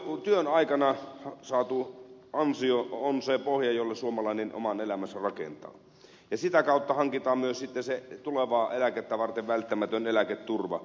työn aikana saatu ansio on se pohja jolle suomalainen oman elämänsä rakentaa ja sitä kautta hankitaan sitten se tulevaa eläkettä varten välttämätön eläketurva